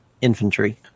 infantry